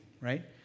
right